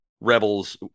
rebels